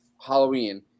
Halloween